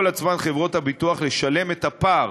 חברות הביטוח קיבלו על עצמן לשלם את הפער